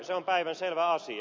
se on päivänselvä asia